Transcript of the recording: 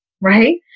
right